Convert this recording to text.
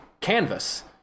canvas